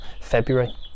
February